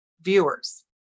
viewers